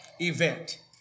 event